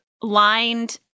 lined